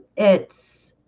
it's